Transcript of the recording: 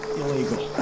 illegal